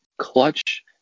clutch